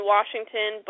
Washington